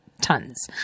Tons